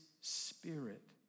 spirit